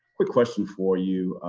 quick question for you.